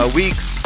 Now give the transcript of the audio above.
weeks